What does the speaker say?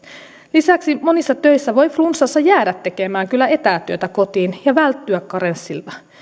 lisäksi monissa töissä voi kyllä flunssassa jäädä tekemään etätyötä kotiin ja välttyä karenssilta